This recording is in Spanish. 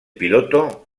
piloto